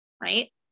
right